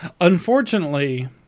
unfortunately